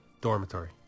dormitory